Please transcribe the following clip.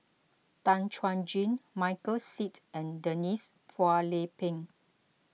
Tan Chuan Jin Michael Seet and Denise Phua Lay Peng